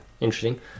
interesting